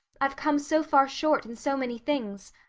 i've come so far short in so many things.